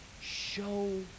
show